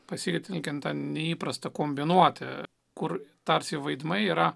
pasitelkiant neįprastą kombinuoti kur tarsi vaidmuo yra